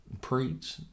preach